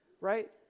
right